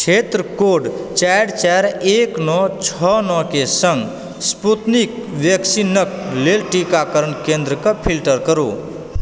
क्षेत्र कोड चारि चारि एक नओ छओ नओ के संग स्पूतनिक वैक्सीनक लेल टीकाकरण केन्द्रकेॅं फ़िल्टर करु